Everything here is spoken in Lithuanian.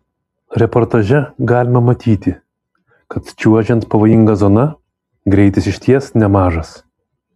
reportaže galima matyti kad čiuožiant pavojinga zona greitis iš ties nemažas